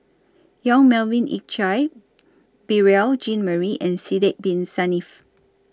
Yong Melvin Yik Chye Beurel Jean Marie and Sidek Bin Saniff